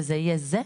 וזה יהיה זה,